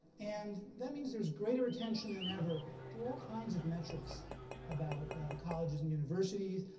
and that means there's greater attention than ever to all kinds of metrics about colleges and universities,